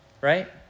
right